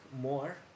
more